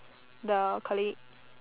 the colleague